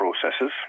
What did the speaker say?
processes